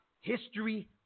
history